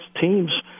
teams